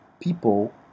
people